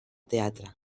teatre